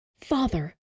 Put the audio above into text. Father